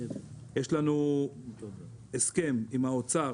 יש לנו הסכם עם האוצר,